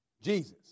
Jesus